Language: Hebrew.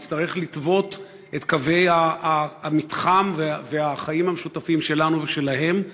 נצטרך לטוות את קווי המתחם והחיים המשותפים שלנו ושלהם,